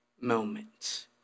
moments